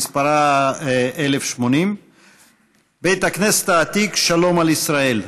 שמספרה 1080. בית הכנסת העתיק שלום על ישראל,